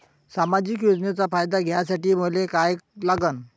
सामाजिक योजनेचा फायदा घ्यासाठी मले काय लागन?